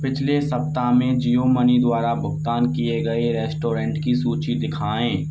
पिछले सप्ताह में जियो मनी द्वारा भुगतान किए गए रेस्टोरेंट की सूची दिखाएँ